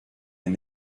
and